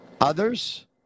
Others